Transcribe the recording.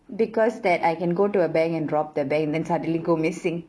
because that I can go to a bank and rob the bank then suddenly go missing